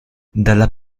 dalla